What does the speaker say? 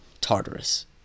Tartarus